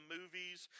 Movies